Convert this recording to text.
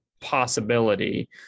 possibility